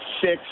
six